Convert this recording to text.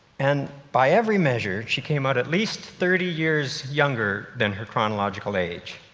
and by every measure, she came out at least thirty years younger than her chronological age.